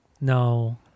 No